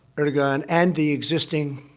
erdogan and the existing